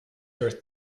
your